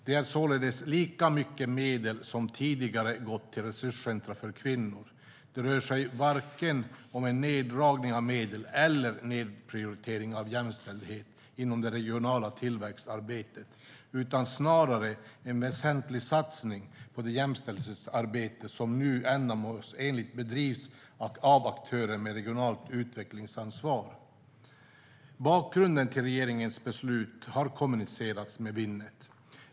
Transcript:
Det är således lika mycket medel som tidigare gått till resurscentra för kvinnor, det rör sig alltså varken om en neddragning av medel eller en nedprioritering av jämställdhet inom det regionala tillväxtarbetet, utan snarare en väsentlig satsning på det jämställdhetsarbete som nu ändamålsenligt bedrivs av aktörer med regionalt utvecklingsansvar. Bakgrunden till regeringens beslut har kommunicerats med Winnet.